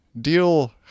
deal